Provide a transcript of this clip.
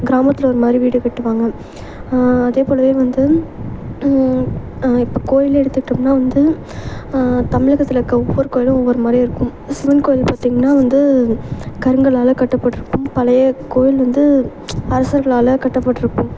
கிராமத்தில் ஒரு மாதிரி வீடு கட்டுவாங்க அதேபோலவே வந்து இப்போ கோயில்னு எடுத்துக்கிட்டோம்னால் வந்து தமிழகத்துல இருக்க ஒவ்வொரு கோவிலும் ஒவ்வொரு மாதிரி இருக்கும் சிவன் கோயில் பார்த்தீங்கன்னா வந்து கருங்கல்லால் கட்டப்பட்டிருக்கும் பழைய கோயில் வந்து அரசர்களால் கட்டப்பட்டிருக்கும்